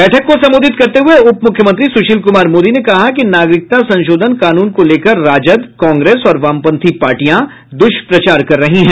बैठक को सम्बोधित करते हुए उपमूख्यमंत्री सुशील कुमार मोदी ने कहा कि नागरिकता संशोधन कानून को लेकर राजद कांग्रेस और वामपंथी पार्टियां दुष्प्रचार कर रही हैं